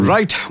Right